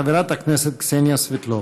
חברת הכנסת קסניה סבטלובה.